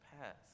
past